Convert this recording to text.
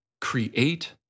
create